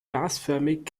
gasförmig